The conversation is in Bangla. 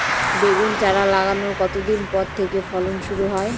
বেগুন চারা লাগানোর কতদিন পর থেকে ফলন শুরু হয়?